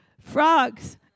Frogs